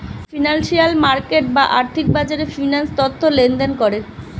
financial market বা আর্থিক বাজারে ফিন্যান্স তথ্য লেনদেন করে